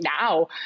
now